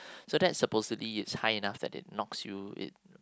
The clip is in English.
so that's supposed to be is high enough that it knocks you it